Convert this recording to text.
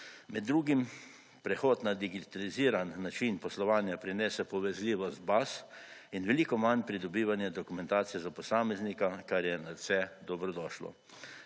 Med drugim prehod na digitaliziran način poslovanja prinese povezljivost baz in veliko manj pridobivanja dokumentacije za posameznika, ker je nadvse dobrodošlo.